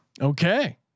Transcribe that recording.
Okay